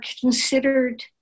considered